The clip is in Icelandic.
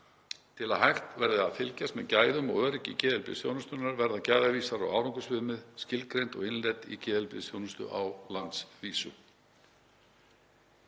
Til að hægt verði að fylgjast með gæðum og öryggi geðheilbrigðisþjónustunnar verða gæðavísar og árangursviðmið skilgreind og innleidd í geðheilbrigðisþjónustu á landsvísu.